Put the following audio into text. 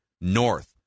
NORTH